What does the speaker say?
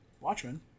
Watchmen